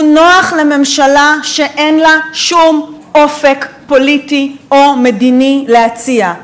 הוא נוח לממשלה שאין לה שום אופק פוליטי או מדיני להציע,